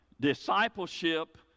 discipleship